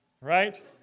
right